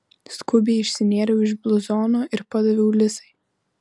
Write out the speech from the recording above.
skubiai išsinėriau iš bluzono ir padaviau lisai